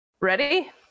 Ready